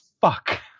fuck